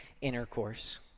intercourse